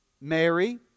Mary